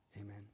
amen